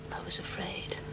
i was afraid